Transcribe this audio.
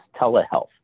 telehealth